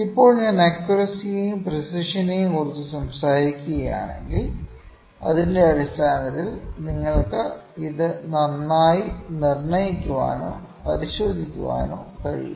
ഇപ്പോൾ ഞാൻ അക്ക്യൂറസിയെയും പ്രെസിഷനെയും കുറിച്ച് സംസാരിക്കുകയാണെങ്കിൽ അതിന്റെ അടിസ്ഥാനത്തിൽ നിങ്ങൾക്ക് ഇത് നന്നായി നിർണ്ണയിക്കാനോ നന്നായി പരിശോധിക്കാനോ കഴിയും